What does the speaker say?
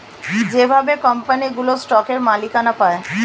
যেভাবে কোম্পানিগুলো স্টকের মালিকানা পায়